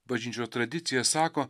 bažnyčios tradicija sako